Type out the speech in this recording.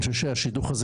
אני חושב שהשידוך הזה